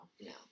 No